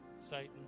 Satan